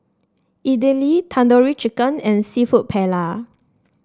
Idili Tandoori Chicken and seafood Paella